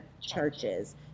churches